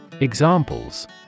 Examples